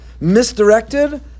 Misdirected